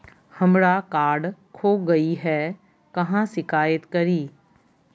हमरा कार्ड खो गई है, कहाँ शिकायत करी?